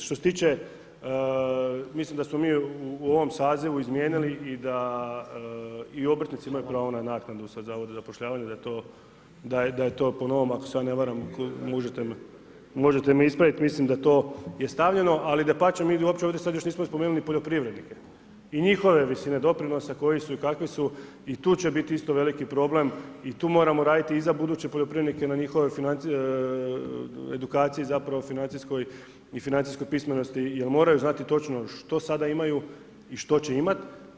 Što se tiče, mislim da smo mi u ovom sazivu izmijenili i da i obrtnici imaju pravo na naknadu sa Zavoda za zapošljavanje, da je to po novom ako se ja ne varam, možete me ispravit, mislim da to je stavljeno, ali dapače, mi uopće sad još ovdje nismo spomenuli poljoprivrednike i njihove visine doprinose koji su i kakvi su i tu će isto biti veliki problem i tu moramo raditi i za buduće poljoprivrednike i na njihovoj edukaciji financijskoj i financijskoj pismenosti jer moraju znati točno što sada imaju i što će imat.